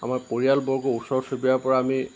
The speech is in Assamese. আমাৰ পৰিয়ালবৰ্গ ওচৰ চুবুৰীয়াৰ পৰা আমি